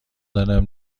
دارم